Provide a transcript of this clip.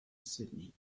sydney